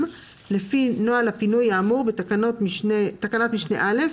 לפי נוהל הפינוי האמור בתקנת משנה (א),